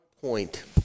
point